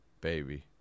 baby